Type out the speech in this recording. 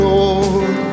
Lord